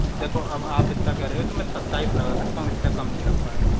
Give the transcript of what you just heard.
देखो अब आप इतना कह रहे हो तो मैं सत्ताईस लगा सकता हूँ इससे कम नहीं लग पाएगा